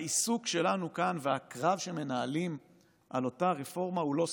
העיסוק שלנו כאן והקרב שמנהלים על אותה רפורמה הוא לא סתם.